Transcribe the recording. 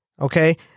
Okay